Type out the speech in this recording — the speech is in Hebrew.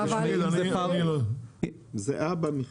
זהה במחיר.